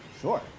Sure